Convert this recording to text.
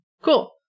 cool